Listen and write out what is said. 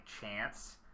chance